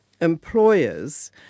Employers